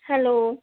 hello